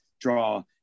Draw